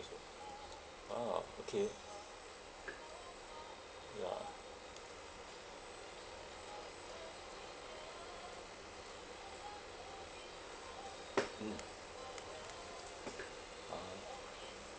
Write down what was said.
a'ah okay ya mm (uh huh)